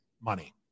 money